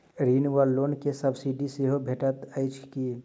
ऋण वा लोन केँ सब्सिडी सेहो भेटइत अछि की?